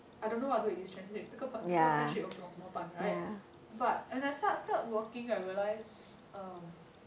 I don't know what to do with this friendship 这个 friendship 我不懂怎么办 right but and I started working I realise err